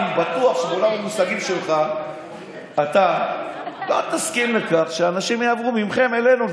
אני בטוח שבעולם המושגים שלך אתה לא תסכים לכך שאנשים יעברו מכם אלינו.